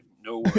No